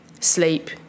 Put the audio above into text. sleep